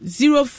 zero